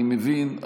אני מבין.